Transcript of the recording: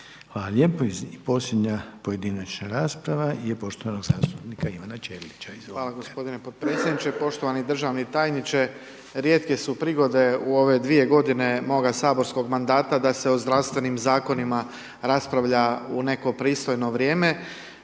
lijepo. Posljednja pojedinačna rasprava je poštovanog zastupnika Ivana Ćelića. **Ćelić, Ivan (HDZ)** Hvala gospodine potpredsjedniče. Poštovani državni tajniče, rijetke su prigode u ove dvije godine moga saborskog mandata da se o zdravstvenim zakonima raspravlja u neko pristojno vrijeme.